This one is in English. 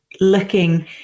looking